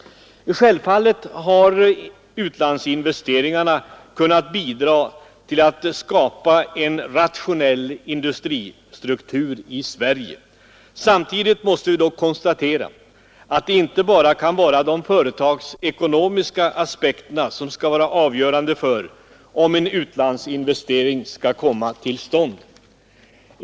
Självfallet har utlandsinvesteringarna kunnat bidra till att skapa en rationell industristruktur i Sverige. Samtidigt måste vi dock konstatera att det inte bara kan vara de företagsekonomiska aspekterna som skall vara avgörande för om en utlandsinvestering skall komma till stånd.